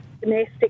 domestic